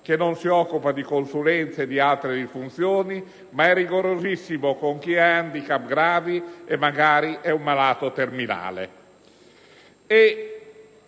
che non si occupa di consulenze e di altre disfunzioni, ma è rigorosissimo con chi ha *handicap* gravi e magari è un malato terminale.